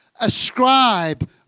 ascribe